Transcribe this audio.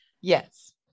yes